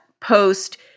post